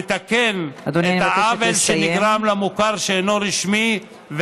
לתקן את העוול שנגרם למוכר שאינו רשמי,